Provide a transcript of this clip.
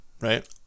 Right